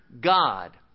God